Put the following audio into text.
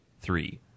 three